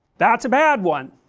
that's a bad one